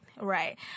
right